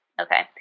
Okay